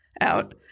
out